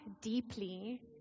deeply